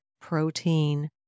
protein